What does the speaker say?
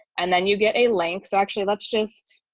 and then you get a link. so actually, let's just